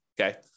Okay